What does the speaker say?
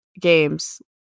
games